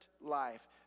life